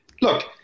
Look